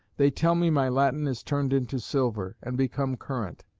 they tell me my latin is turned into silver, and become current.